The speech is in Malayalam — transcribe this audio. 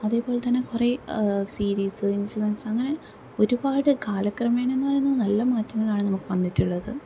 അതേപോലെ തന്നെ കുറെ സീരീസ്സ് ഇൻഫ്ലുവൻസ് അങ്ങനെ ഒരുപാട് കാലക്രമേണേന്ന് പറയുന്നത് നല്ല മാറ്റങ്ങളാണ് നമുക്ക് വന്നിട്ടുള്ളത്